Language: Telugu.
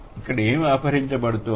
ఇక్కడ ఏమి అపహరించబడుతోంది